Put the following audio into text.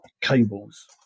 cables